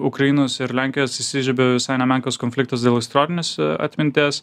ukrainos ir lenkijos įsižiebė visai nemenkas konfliktas dėl istorinės atminties